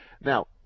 Now